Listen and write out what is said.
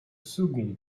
second